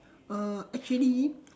uh actually